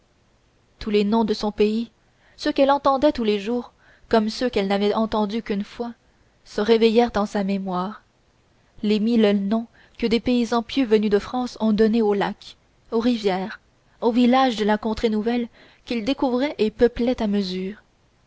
tous les noms de son pays ceux qu'elle entendait tous les jours comme ceux qu'elle n'avait entendus qu'une fois se réveillèrent dans sa mémoire les mille noms que des paysans pieux venus de france ont donnés aux lacs aux rivières aux villages de la contrée nouvelle qu'ils découvraient et peuplaient à mesure